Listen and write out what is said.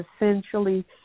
essentially